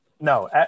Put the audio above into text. no